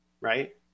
Right